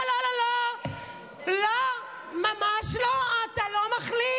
לא, לא, לא, לא, ממש לא, אתה לא מחליט,